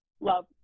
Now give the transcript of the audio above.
love